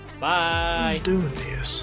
Bye